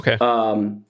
Okay